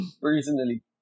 Personally